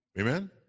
Amen